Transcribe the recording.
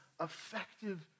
effective